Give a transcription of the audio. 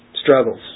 Struggles